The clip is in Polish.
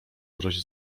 grozi